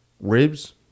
Ribs